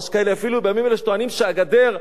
יש אפילו כאלה שבימים האלה טוענים שהגדר עוצרת.